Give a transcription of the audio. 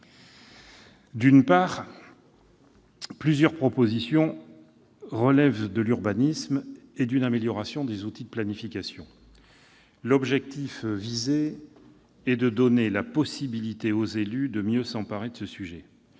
D'une part, plusieurs propositions relèvent de l'urbanisme et d'une amélioration des outils de planification, le but étant de permettre aux élus de mieux s'emparer de ce sujet.